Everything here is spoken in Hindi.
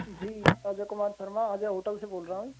जी अजय कुमार शर्मा अजय होटल बोल रहा हूँ